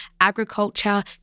agriculture